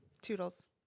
Toodles